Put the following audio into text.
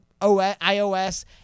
iOS